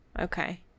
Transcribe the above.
okay